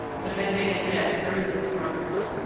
but had made as yet very little progress.